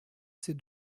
ces